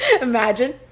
Imagine